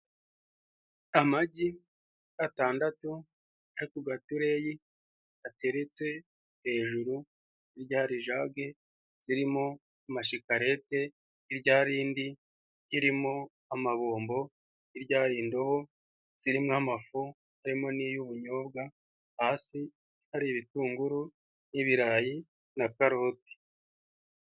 Amagi atandatu ari ku gakureyi hateretse hejuru hirya hari ijage zirimo mashikarete, hirya hari indi irimo amabombo, hirya hari indobo zirimo amafu harimo n'iy'ubunyobwa hasi hari ibitunguru n'ibirayi na karoti.